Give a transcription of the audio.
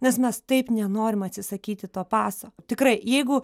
nes mes taip nenorim atsisakyti to paso tikrai jeigu